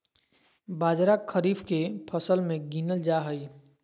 बाजरा खरीफ के फसल मे गीनल जा हइ